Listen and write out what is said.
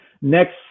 next